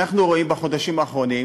אנחנו רואים בחודשים האחרונים